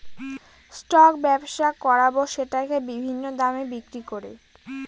stock ব্যবসা করাবো সেটাকে বিভিন্ন দামে বিক্রি করে